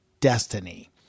destiny